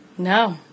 No